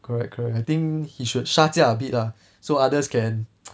correct correct I think he should 杀价 a bit lah so others can